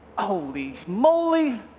holy molely!